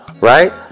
right